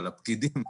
על הפקידים,